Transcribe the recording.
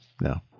No